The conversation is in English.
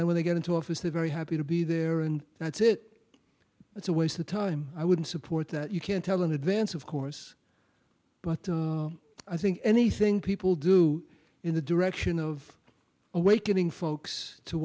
then when they get into office they're very happy to be there and that's it it's a waste of time i wouldn't support that you can't tell in advance of course but i think anything people do in the direction of awakening folks to